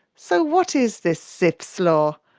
so what is this zipf's law?